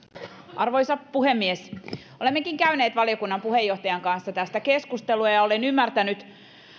arvoisa puhemies olemmekin käyneet valiokunnan puheenjohtajan kanssa tästä keskustelua ja ja olen ymmärtänyt